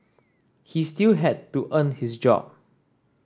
he still had to earn his job